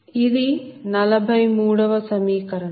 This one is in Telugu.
ఇది 43 వ సమీకరణం